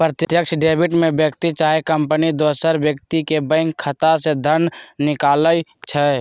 प्रत्यक्ष डेबिट में व्यक्ति चाहे कंपनी दोसर व्यक्ति के बैंक खता से धन निकालइ छै